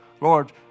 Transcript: Lord